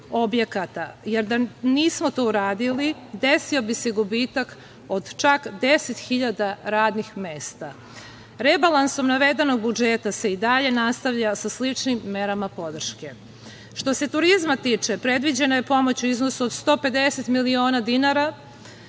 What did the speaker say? jer da nismo to uradili desio bi se gubitak od čak deset hiljada radnih mesta. Rebalansom navedenog budžeta se i dalje nastavlja sa sličnim merama podrške. Što se turizma tiče, predviđena je pomoć u iznosu od 150 miliona dinara